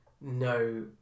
no